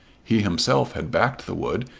he himself had backed the wood,